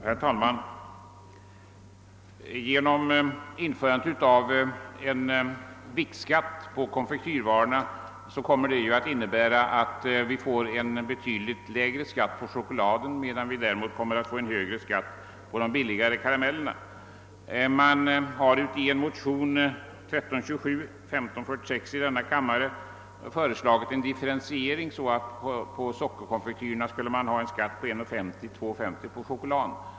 Herr talman! Införande av en viktskatt på konfektyrvaror kommer att innebära, att vi får en betydligt lägre skatt på chokladen, medan vi däremot kommer att få en högre skatt på de billigare karamellerna. Man har i motionerna 1:1327 och II: 1546 föreslagit en differentiering, så att man på sockerkonfektyrerna skulle få en skatt på 1:50 och på chokladen 2:50.